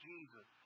Jesus